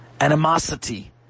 animosity